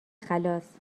خلاص